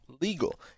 legal